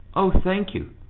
oh, thank you.